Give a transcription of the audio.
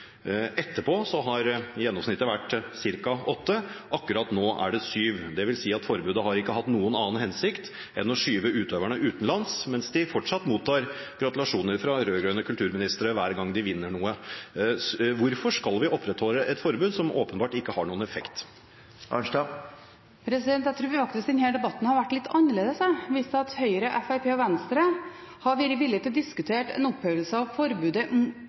Etterpå har gjennomsnittet vært ca. åtte; akkurat nå er det syv. Det vil si at forbudet har ikke hatt noen annen hensikt enn å skyve utøverne utenlands, mens de fortsatt mottar gratulasjoner fra rød-grønne kulturministere hver gang de vinner noe. Hvorfor skal vi opprettholde et forbud som åpenbart ikke har noen effekt? Jeg tror denne debatten hadde vært litt annerledes dersom Høyre, Fremskrittspartiet og Venstre hadde vært villig til å diskutere en oppheving av forbudet